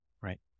Right